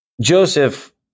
Joseph